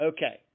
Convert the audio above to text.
Okay